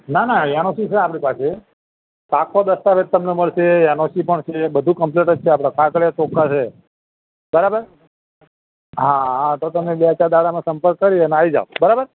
ના ના N O C છે આપણી પાસે પાકો દસ્તાવેજ તમને મળશે એન ઓ સી પણ છે બધું કંપ્લિટ જ છે આપણે કાગળ બધાં ચોખ્ખાં છે બરાબર હા હા તો તમે બે ચાર દહાડામાં સંપર્ક કરી અને આવી જાવ બરાબર